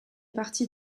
partie